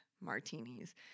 martinis